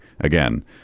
again